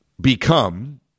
become